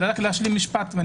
עוד משפט.